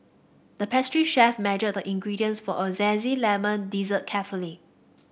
the pastry chef measured the ingredients for a zesty lemon dessert carefully